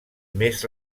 més